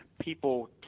people